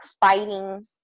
fighting